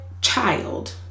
child